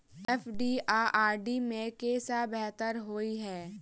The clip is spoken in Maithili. एफ.डी आ आर.डी मे केँ सा बेहतर होइ है?